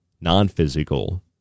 non-physical